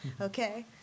Okay